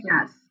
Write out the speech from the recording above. Yes